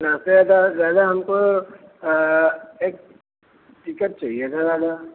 नमस्ते का दादा हमको एक टिकट चाहिए था दादा